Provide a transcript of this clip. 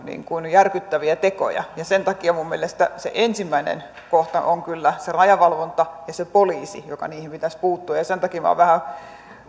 järkyttäviä tekoja ja sen takia minun mielestäni se ensimmäinen kohta on kyllä se rajavalvonta ja poliisi joiden niihin pitäisi puuttua ja sen takia minä olen vähän